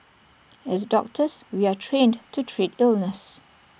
as doctors we are trained to treat illness